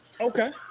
okay